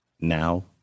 now